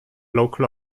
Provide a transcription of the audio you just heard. local